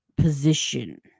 position